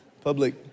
public